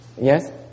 yes